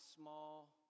small